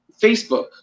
Facebook